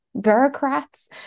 bureaucrats